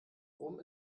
rom